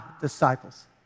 disciples